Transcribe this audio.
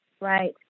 right